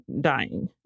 dying